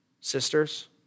sisters